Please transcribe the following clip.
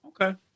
Okay